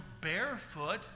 barefoot